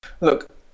look